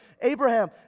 Abraham